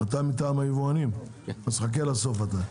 --- אני אאפשר לך בסוף.